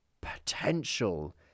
potential